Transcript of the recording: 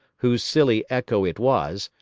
whose silly echo it was,